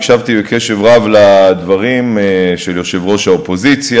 הקשבתי קשב רב לדברים של יושב-ראש האופוזיציה,